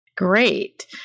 Great